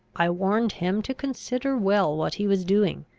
i warned him to consider well what he was doing.